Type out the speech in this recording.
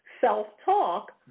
self-talk